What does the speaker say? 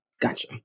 Gotcha